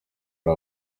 ari